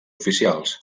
oficials